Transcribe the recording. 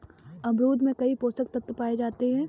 अमरूद में कई पोषक तत्व पाए जाते हैं